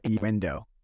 window